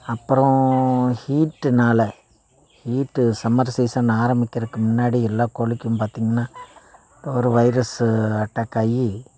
அப்புறம் ஹீட்டுனால் heat summer season ஆரம்மிக்கிறக்கு முன்னாடி எல்லா கோழிக்கும் பார்த்தீங்கன்னா இப்போ ஒரு வைரஸ்ஸு அட்டாக் ஆகி